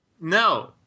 No